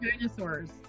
dinosaurs